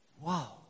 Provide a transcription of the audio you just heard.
wow